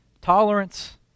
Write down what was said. tolerance